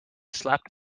slapped